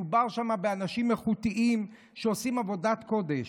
מדובר שם באנשים איכותיים שעושים עבודת קודש.